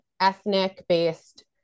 ethnic-based